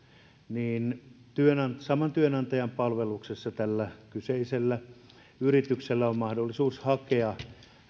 niin saman työnantajan palveluksessa tällä kyseisellä työntekijällä on mahdollisuus hakea